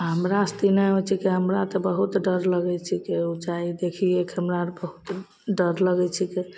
बआओर हमरासे तऽ ई नहि होइ छिकै हमरा तऽ बहुत डर लागै छिकै उँचाइ देखिएके हमरा आर बहुत डर लागै छिकै